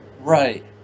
Right